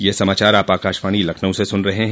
ब्रे क यह समाचार आप आकाशवाणी लखनऊ से सुन रहे हैं